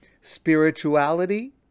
spirituality